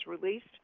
released